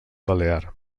balear